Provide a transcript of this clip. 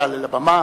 יעלה לבמה